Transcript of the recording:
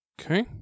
Okay